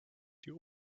die